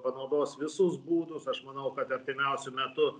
panaudos visus būdus aš manau kad artimiausiu metu